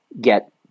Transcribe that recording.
get